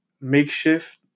Makeshift